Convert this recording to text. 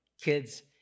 Kids